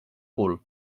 cul